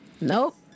Nope